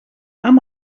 amb